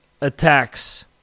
Attacks